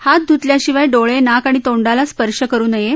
हात ध्तल्याशिवाय डोळे नाक आणि तोंडाला स्पर्श करु नये